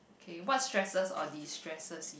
okay what stresses or destresses